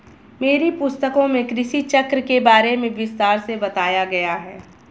मेरी पुस्तकों में कृषि चक्र के बारे में विस्तार से बताया गया है